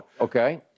Okay